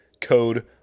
Code